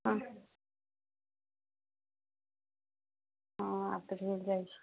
हूँ हँ आब तऽ भेल जाइत छै